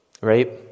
right